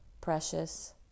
precious